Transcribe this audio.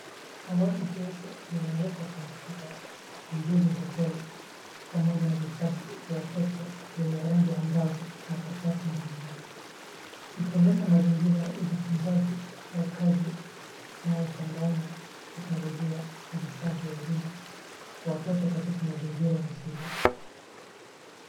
Dawatu jeupe limewekwa computer mbili za Dell pamoja na vitabu mbili za watoto vyenye rangi ya kavu na karatasi mabalimbali, ikionyesha mazingira ya ujifunzaji au kazi yanayochanganya teknolojia na vifaa vya elimu kwa watoto katika mazingira ya shule.